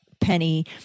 Penny